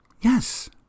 Yes